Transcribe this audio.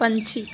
ਪੰਛੀ